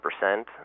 percent